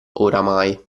oramai